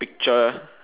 picture